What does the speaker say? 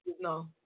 No